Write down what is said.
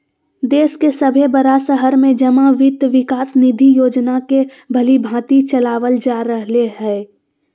देश के सभे बड़ा शहर में जमा वित्त विकास निधि योजना के भलीभांति चलाबल जा रहले हें